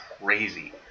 crazy